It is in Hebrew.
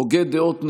הוגה דעות נדיר,